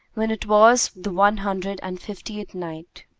when it was the one hundred and fiftieth night,